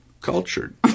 cultured